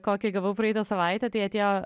kokį gavau praeitą savaitę tai atėjo